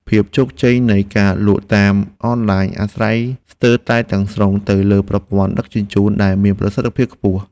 ភាពជោគជ័យនៃការលក់តាមអនឡាញអាស្រ័យស្ទើរតែទាំងស្រុងទៅលើប្រព័ន្ធដឹកជញ្ជូនដែលមានប្រសិទ្ធភាពខ្ពស់។